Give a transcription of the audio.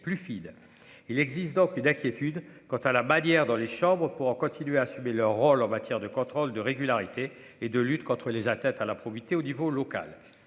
plus il existe donc et d'inquiétude quant à la Bavière dans les chambres pour continuer à assumer leur rôle en matière de contrôles de régularité et de lutte contre les atteintes à la probité au niveau local,